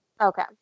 Okay